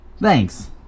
Thanks